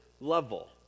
level